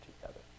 together